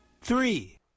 Three